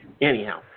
Anyhow